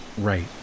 Right